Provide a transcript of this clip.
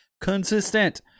consistent